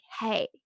hey